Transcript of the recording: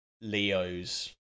Leo's